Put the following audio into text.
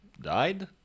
died